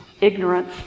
ignorance